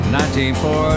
1940